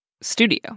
studio